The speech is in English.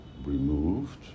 removed